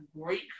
great